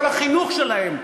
כל החינוך שלהם,